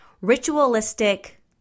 ritualistic